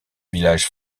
village